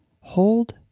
hold